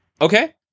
Okay